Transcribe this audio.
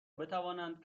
بتوانند